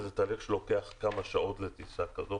וזה תהליך שלוקח כמה שעות לטיסה כזאת,